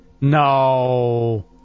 No